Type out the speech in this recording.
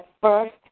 first